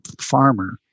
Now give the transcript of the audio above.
farmer